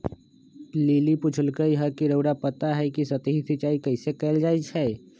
lily पुछलई ह कि रउरा पता हई कि सतही सिंचाई कइसे कैल जाई छई